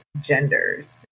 genders